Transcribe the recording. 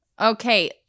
Okay